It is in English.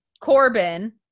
Corbin